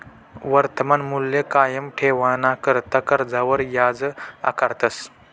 वर्तमान मूल्य कायम ठेवाणाकरता कर्जवर याज आकारतस